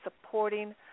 supporting